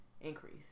increase